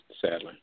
sadly